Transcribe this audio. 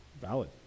Valid